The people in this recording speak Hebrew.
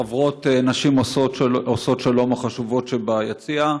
חברות נשים עושות שלום החשובות שביציע,